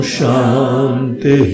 Shanti